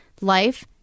life